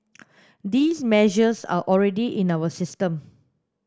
these measures are already in our system